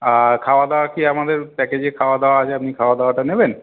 আর খাওয়া দাওয়া কি আমাদের প্যাকেজে খাওয়া দাওয়া আছে আপনি খাওয়া দাওয়াটা নেবেন